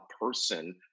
person